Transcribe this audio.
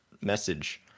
message